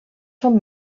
són